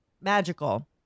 magical